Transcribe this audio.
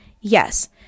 Yes